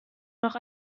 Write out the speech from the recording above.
noch